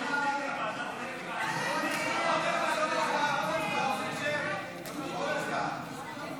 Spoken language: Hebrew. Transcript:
ההצעה להעביר לוועדה את הצעת חוק להקמת